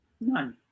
None